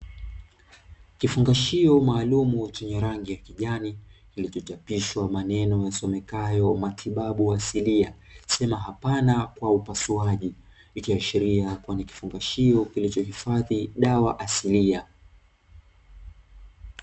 Kifungashio maalumu chenye rangi ya kijani, kilichochapishwa maneno yasomekayo matibabu asilia; sema hapana kwa upasuaji ikiashiria kuwa ni kifungashio kilichohifadhi dawa asilia.